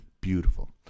Beautiful